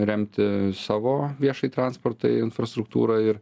remti savo viešąjį transportą infrastruktūrą ir